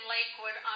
Lakewood